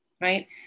right